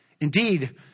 Indeed